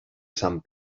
sant